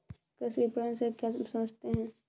कृषि विपणन से क्या समझते हैं?